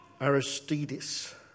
Aristides